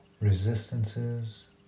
resistances